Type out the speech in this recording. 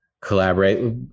collaborate